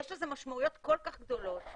יש לזה משמעויות כל כך גדולות.